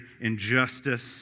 injustice